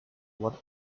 what